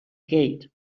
gate